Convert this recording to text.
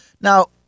Now